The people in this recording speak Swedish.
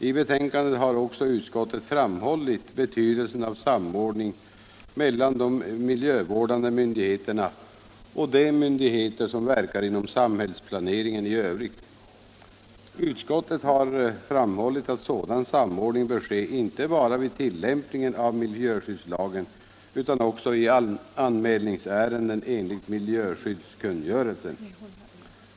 I betänkandet har utskottet också framhållit betydelsen av samordning mellan de miljövårdande myndigheterna och de myndigheter som verkar inom samhällsplaneringen i övrigt. Utskottet har framhållit att sådan samordning bör ske inte bara vid tillämpningen av miljöskyddslagen utan också i anmälningsärenden enligt miljöskyddskungörelsen.